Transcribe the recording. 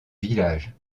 village